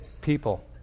people